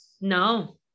No